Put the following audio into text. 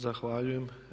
Zahvaljujem.